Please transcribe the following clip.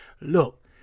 Look